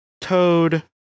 Toad